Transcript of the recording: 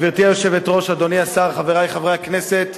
גברתי היושבת-ראש, אדוני השר, חברי חברי הכנסת,